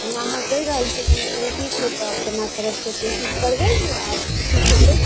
ओना अहाँ कहि रहल छियै कोनो त्रुटि छै तऽ अपना तरफसँ कोशिश करबै जे आब ठीक हेतै